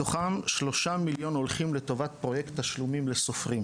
מתוכם 3 מיליון הולכים לטובת פרויקט תשלומים לסופרים.